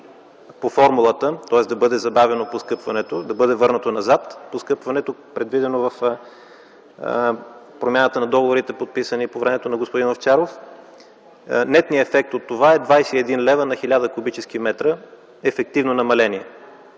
по формулата, тоест да бъде забавено поскъпването, да бъде върнато назад поскъпването, предвидено в промяната на договорите, подписани по времето на господин Овчаров. Нетният ефект от това е 21 лв. на 1000 куб. м ефективно намаление,